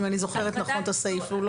אם אני זוכרת נכון את הסעיף.